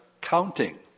counting